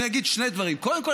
אני אגיד שני דברים: קודם כול,